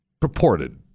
purported